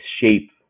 shape